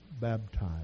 baptized